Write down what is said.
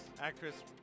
Actress